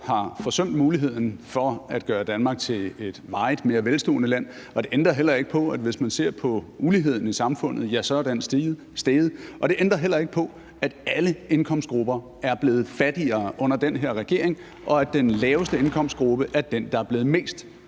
har forsømt muligheden for at gøre Danmark til et meget mere velstående land. Det ændrer heller ikke på, at hvis man ser på uligheden i samfundet, er den steget. Og det ændrer heller ikke på, at alle indkomstgrupper er blevet fattigere under den her regering, og at den laveste indkomstgruppe er den, der er blevet mest